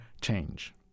change